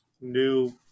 new